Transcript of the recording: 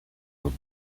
los